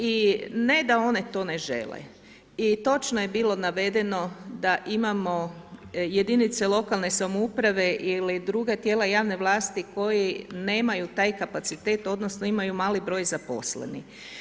I ne da one to ne žele i točno je bilo navedeno da imamo jedinice lokalne samouprave ili druga tijela javne vlasti koji nemaju taj kapacitet odnosno imaju mali broj zaposlenih.